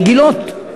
רגילות.